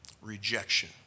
rejection